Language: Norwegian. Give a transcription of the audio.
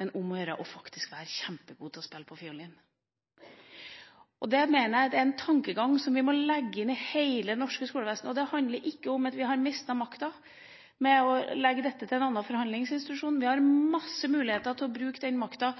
men om å gjøre å være kjempegod til å spille på fiolin. Det mener jeg er en tankegang som vi må legge inn i hele det norske skolevesen. Det handler ikke om at vi har mistet makta ved å legge dette til en annen forhandlingsinstitusjon. En har masse muligheter til å bruke den makta